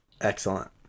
Excellent